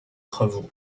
travaux